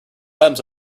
items